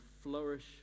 flourish